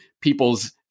people's